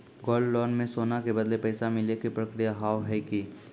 Gold loan मे सोना के बदले पैसा मिले के प्रक्रिया हाव है की?